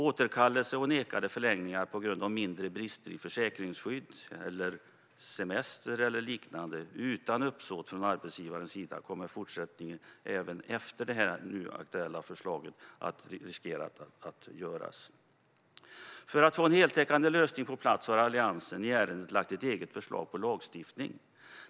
Återkallelser och nekade förlängningar på grund av mindre brister i försäkringsskydd, semester eller liknande, utan uppsåt från arbetsgivarens sida, kommer att fortsätta att göras även efter det att nu aktuella lagförslag har trätt i kraft. För att få en heltäckande lösning på plats har Alliansen i ärendet lagt ett eget förslag till lagstiftning.